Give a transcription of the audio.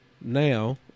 now